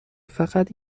فقط